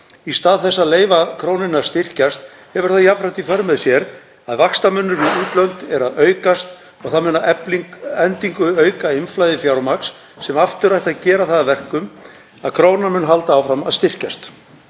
í stað þess að leyfa krónunni að styrkjast, hefur jafnframt í för með sér að vaxtamunur við útlönd er að aukast og það mun að endingu auka innflæði fjármagns sem aftur ætti að gera það að verkum að krónan mun halda áfram að styrkjast.